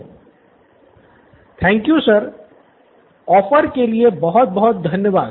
छात्र thank you sir offer के लिए बहुत बहुत धन्यवाद